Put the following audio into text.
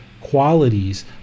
qualities